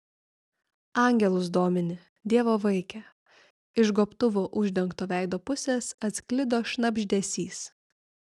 angelus domini dievo vaike iš gobtuvu uždengto veido pusės atsklido šnabždesys